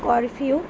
scorpio